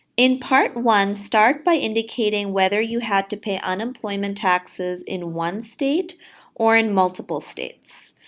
in part one, start by indicating whether you had to pay unemployment taxes in one state or in multiple states.